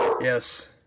Yes